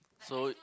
so